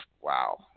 Wow